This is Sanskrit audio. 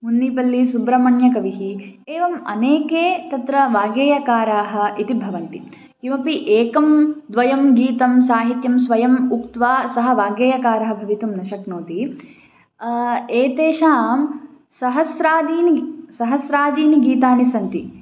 मुन्निपल्लिसुब्रह्मण्यकविः एवम् अनेके तत्र वाग्गेयकाराः इति भवन्ति किमपि एकं द्वयं गीतं साहित्यं स्वयम् उक्त्वा सः वाग्गेयकारः भवितुं न शक्नोति एतेषां सहस्रादीनि सहस्रादीनि गीतानि सन्ति